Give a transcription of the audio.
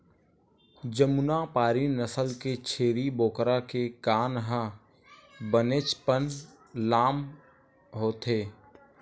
जमुनापारी नसल के छेरी बोकरा के कान ह बनेचपन लाम होथे